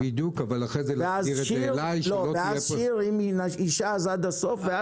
ואז מיכל שיר אז עד הסוף.